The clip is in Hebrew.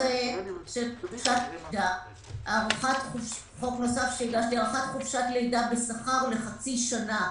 חוק נוסף שהגשתי - הארכת חופשת לידה בשכר לחצי שנה.